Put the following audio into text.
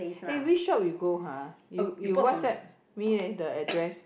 eh which shop you go !huh! you you WhatsApp me leh the address